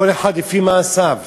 כל אחד לפי מעשיו.